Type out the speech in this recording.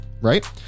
right